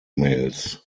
males